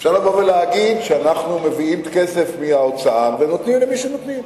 אפשר לבוא ולהגיד שאנחנו מביאים את הכסף מהאוצר ונותנים למי שנותנים,